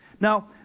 Now